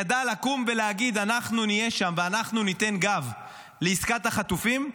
ידע לקום ולהגיד: אנחנו נהיה שם ואנחנו ניתן גב לעסקת החטופים,